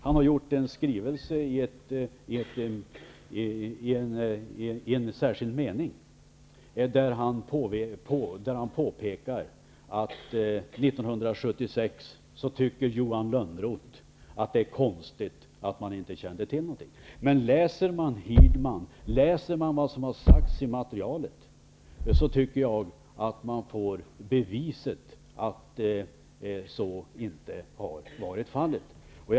Han har gjort det i en skrivelse i en särskild mening, där han påpekar att han tycker att det är konstigt att man 1976 inte kände till någonting. Men läser man vad som har sagts i materialet, tycker jag att man får bevisat att så inte har varit fallet, som Johan Lönnroth påstår.